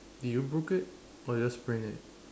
did you broke it or just sprained it